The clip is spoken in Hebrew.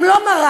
הם לא מרן,